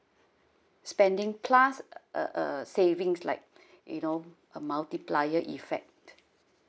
spending plus uh uh savings like you know a multiplier effect